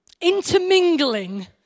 intermingling